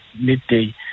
midday